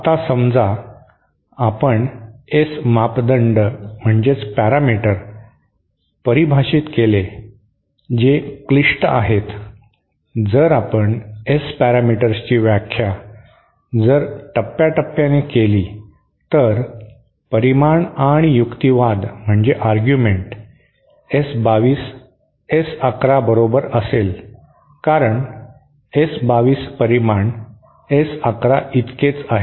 आता समजा आपण S मापदंड म्हणजे पॅरामीटर परिभाषित केले जे क्लिष्ट आहेत जर आपण S पॅरामीटर्सची व्याख्या जर टप्प्याटप्प्याने केली तर परिमाण आणि युक्तिवाद म्हणजे आर्ग्यूमेंट S 2 2 S 1 1 बरोबर असेल कारण S 2 2 परिमाण S11 इतकेच आहे